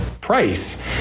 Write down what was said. price